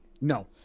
No